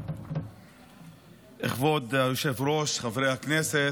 כבוד היושב-ראש, חברי הכנסת,